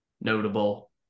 Notable